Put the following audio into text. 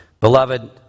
Beloved